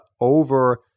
over